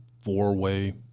four-way